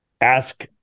ask